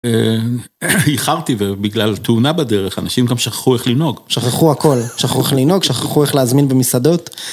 איחרתי ו... בגלל תאונה בדרך, אנשים גם שכחו איך לנהוג, שכחו הכל, שכחו איך לנהוג, שכחו איך להזמין במסעדות.